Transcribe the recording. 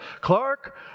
Clark